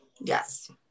Yes